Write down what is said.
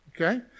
Okay